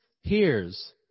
hears